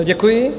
Děkuji.